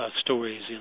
stories